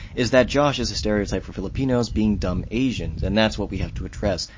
is that josh is a stereotype for filipinos being dumb asians, and that's what we have to address.